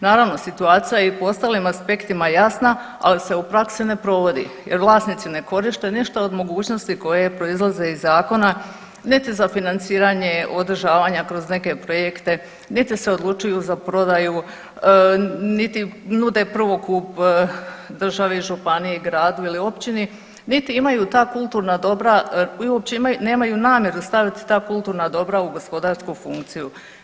Naravno situacija i u ostalim aspektima je jasna, ali se u praksi ne provodi jer vlasnici ne koriste ništa od mogućnosti koje proizlaze iz zakona niti za financiranje održavanja kroz neke projekte, niti se odlučuju za prodaju, niti nude prvokup državi, županiji, gradu ili općini, niti imaju ta kulturna dobra i uopće nemaju namjeru staviti ta kulturna dobra u gospodarsku funkciju.